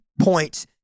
points